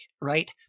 right